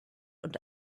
und